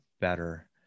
better